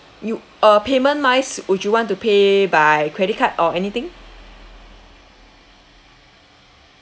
you uh payment wise would you want to pay by credit card or anything